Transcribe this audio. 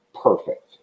perfect